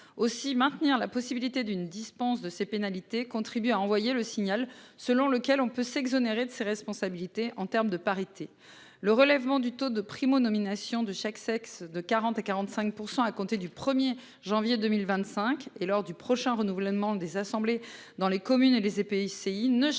aussi maintenir la possibilité d'une dispense de ces pénalités contribue à envoyer le signal selon lequel on ne peut s'exonérer de ses responsabilités en terme de parité. Le relèvement du taux de Primo nomination de chaque sexe de 40 à 45% à compter du 1er janvier 2025 et lors du prochain renouvellement des assemblées dans les communes et les. Il ne changera